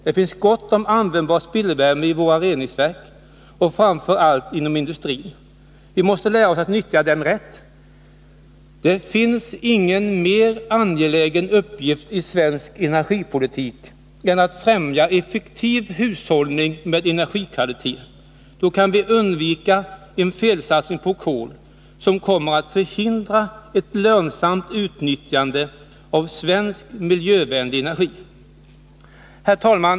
Det finns gott om användbar spillvärme i våra reningsverk och framför allt inom industrin. Vi måste lära oss att utnyttja den rätt. Det finns ingen mer angelägen uppgift i svensk energipolitik än att främja effektiv hushållning med energikvalitet. Då kan vi undvika en felsatsning på kol, som skulle komma att förhindra ett lönsamt utnyttjande av svensk miljövänlig energi. Herr talman!